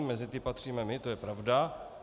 Mezi ty patříme my, to je pravda.